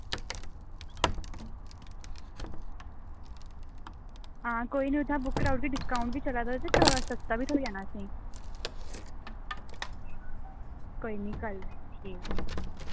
हां कोई निं उत्थां बुक कराई ओड़गी डिस्काउंट बी चलै दा ते सस्ता बी थ्होई जाना असेंगी कोई निं कल्ल ठीक ऐ